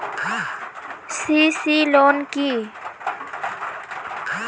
CC loan কি?